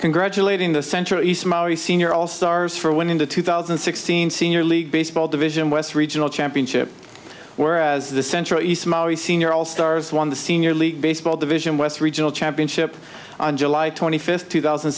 congratulating the centuries maori senior all stars for winning the two thousand and sixteen senior league baseball division west regional championship whereas the central east senior all stars won the senior league baseball division west regional championship on july twenty fifth two thousand